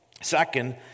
second